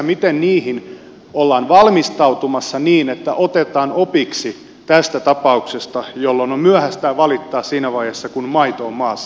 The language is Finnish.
miten niihin ollaan valmistautumassa niin että otetaan opiksi tästä tapauksesta koska on myöhäistä valittaa siinä vaiheessa kun maito on maassa